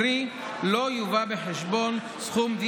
קרי לא יובא בחשבון סכום,